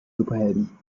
superhelden